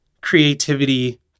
creativity